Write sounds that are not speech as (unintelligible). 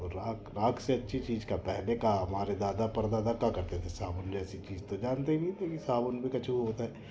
तो राख़ राख़ से अच्छी चीज़ क्या पहले क्या हमारे दादा परदादा क्या करते थे साबुन ले ऐसे (unintelligible) जानते भी नहीं साबुन भी कछू होता है